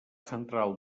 central